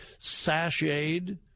sashayed